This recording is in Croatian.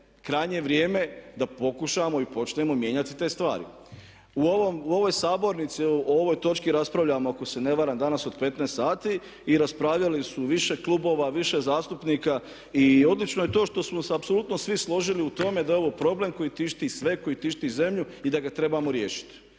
krajnje vrijeme da pokušamo i počnemo mijenjati te stvari. U ovoj sabornici, o ovoj točci raspravljamo ako se ne varam danas od 15 sati i raspravljali su više klubova, više zastupnika i odlično je to što smo se apsolutno svi složili u tome da je ovo problem koji tišti sve, koji tišti zemlju i da ga trebamo riješiti.